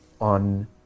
on